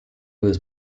was